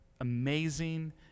amazing